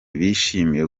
bishimiye